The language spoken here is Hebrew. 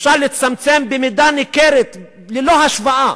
אפשר לצמצם במידה ניכרת ללא השוואה